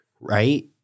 right